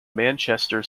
manchester